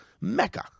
mecca